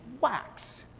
wax